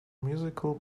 musical